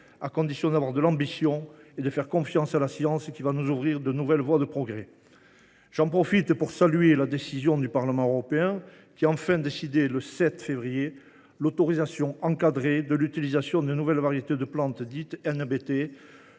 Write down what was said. à condition d’avoir de l’ambition et de faire confiance à la science, qui va nous ouvrir de nouvelles voies de progrès. J’en profite pour saluer la décision du Parlement européen, qui, le 7 février dernier, a enfin décidé l’autorisation encadrée de l’utilisation des nouvelles variétés de plantes, dites NBT,